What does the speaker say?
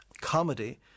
comedy